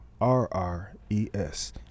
R-R-E-S